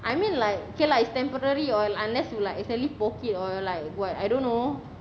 I mean like okay lah it's temporary or unless you like accidentally poke it or you're like what I don't know